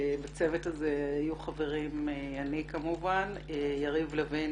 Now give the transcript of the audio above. בצוות הזה יהיו חברים אני כמובן, יריב לוין